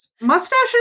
mustaches